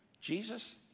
Jesus